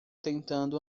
tentando